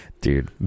dude